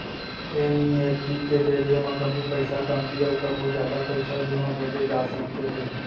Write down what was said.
NEFT के जरिए म कभू पइसा कमती अउ कभू जादा पइसा दुनों भेजे जा सकते हे